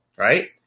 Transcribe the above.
Right